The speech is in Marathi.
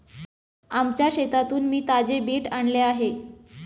आमच्या शेतातून मी ताजे बीट आणले आहे